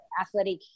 athletic